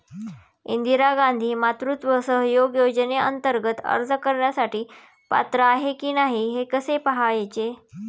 इंदिरा गांधी मातृत्व सहयोग योजनेअंतर्गत अर्ज करण्यासाठी पात्र आहे की नाही हे कसे पाहायचे?